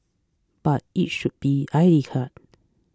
but it should be I D card